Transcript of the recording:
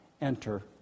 enter